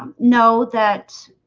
um know that